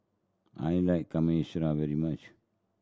I like Kamameshi very much